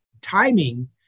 timing